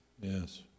Yes